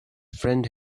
friend